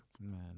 Man